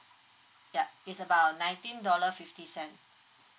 ya it's about a nineteen dollar fifty cent